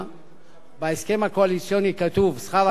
בהסכם הקואליציוני כתוב: שכר המינימום יגיע